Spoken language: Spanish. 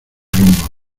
rumbo